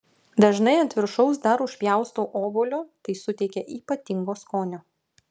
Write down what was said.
dažnai ant viršaus dar užpjaustau obuolio tai suteikia ypatingo skonio